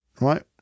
right